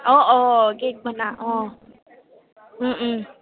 অঁ অঁ কে'ক বনা অঁ